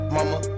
Mama